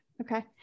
Okay